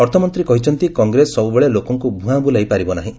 ଅର୍ଥମନ୍ତ୍ରୀ କହିଛନ୍ତି କଂଗ୍ରେସ ସବୁବେଳେ ଲୋକଙ୍କୁ ଭୂଆଁ ବୁଲାଇ ପାରିବ ନାହିଁ